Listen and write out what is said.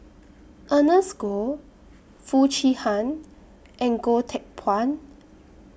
Ernest Goh Foo Chee Han and Goh Teck Phuan